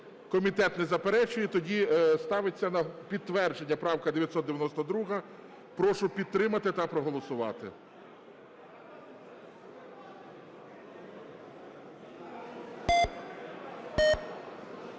комітет не заперечує. Тоді ставиться на підтвердження правка 992. Прошу підтримати та проголосувати.